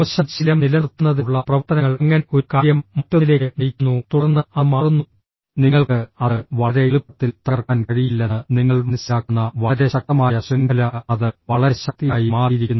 മോശം ശീലം നിലനിർത്തുന്നതിനുള്ള പ്രവർത്തനങ്ങൾ അങ്ങനെ ഒരു കാര്യം മറ്റൊന്നിലേക്ക് നയിക്കുന്നു തുടർന്ന് അത് മാറുന്നു നിങ്ങൾക്ക് അത് വളരെ എളുപ്പത്തിൽ തകർക്കാൻ കഴിയില്ലെന്ന് നിങ്ങൾ മനസ്സിലാക്കുന്ന വളരെ ശക്തമായ ശൃംഖല അത് വളരെ ശക്തിയായി മാറിയിരിക്കുന്നു